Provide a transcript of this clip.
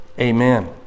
Amen